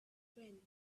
friend